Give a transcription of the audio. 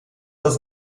das